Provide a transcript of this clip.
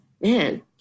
man